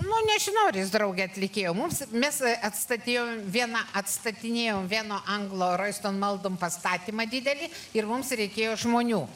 nu nežinau ar jis draugę atlydėjo mums mes atstatinėjo vieną atstatinėjom vieno anglo raisto maldom pastatymą didelį ir mums reikėjo žmonių